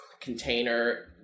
container